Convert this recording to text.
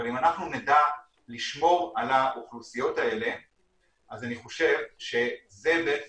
אבל אם אנחנו נדע לשמור על האוכלוסיות האלה אז אני חושב שזה בעצם